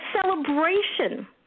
celebration